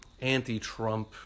anti-Trump